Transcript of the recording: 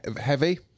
heavy